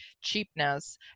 cheapness